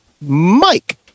Mike